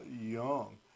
young